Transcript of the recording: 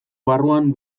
barruan